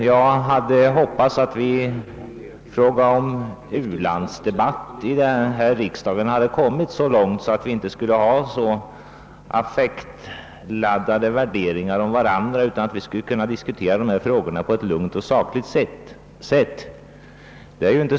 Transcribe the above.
Jag hade hoppats att vi hade kommit så långt att vi inte skulle få höra affektladdade värderingar av detta slag utan skulle kunna diskutera ulandsfrågorna på ett lugnt och sakligt sätt.